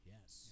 Yes